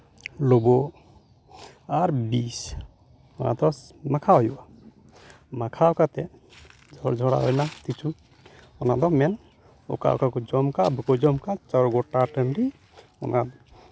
ᱞᱩᱵᱩᱜ ᱟᱨ ᱵᱤᱥ ᱚᱱᱟᱫᱚ ᱢᱟᱠᱷᱟᱣ ᱦᱩᱭᱩᱜᱼᱟ ᱢᱟᱠᱷᱟᱣ ᱠᱟᱛᱮᱫ ᱠᱤᱪᱷᱩ ᱚᱱᱟᱫᱚ ᱢᱮᱱ ᱚᱠᱟ ᱚᱠᱟ ᱠᱚ ᱡᱚᱢ ᱟᱠᱟᱫ ᱵᱟᱠᱚ ᱡᱚᱢ ᱟᱠᱟᱫ ᱪᱟᱣ ᱜᱳᱴᱟ ᱴᱟᱺᱰᱤ ᱚᱱᱟ